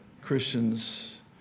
Christians